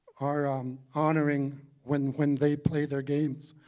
are um honoring when when they play their games,